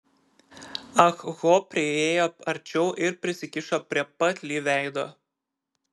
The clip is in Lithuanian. ah ho priėjo arčiau ir prisikišo prie pat li veido